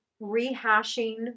rehashing